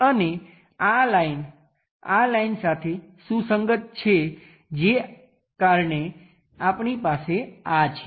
અને આ લાઈન આ લાઈન સાથે સુસંગત છે જે કારણે આપણી પાસે આ છે